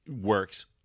works